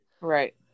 Right